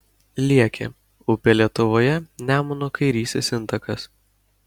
liekė upė lietuvoje nemuno kairysis intakas